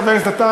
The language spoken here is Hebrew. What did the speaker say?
חבר הכנסת עטר,